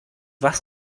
was